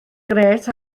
grêt